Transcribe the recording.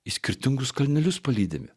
į skirtingus kalnelius palydimi